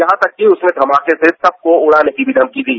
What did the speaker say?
यहां तक कि उसने धमाके से सबको उड़ाने की भी धमकी दी